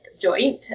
joint